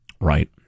Right